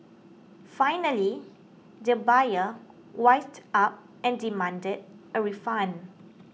finally the buyer wised up and demanded a refund